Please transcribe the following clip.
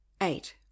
Eight